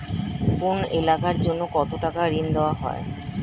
কোন এলাকার জন্য কত টাকা ঋণ দেয়া হয়?